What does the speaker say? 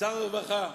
שר הרווחה,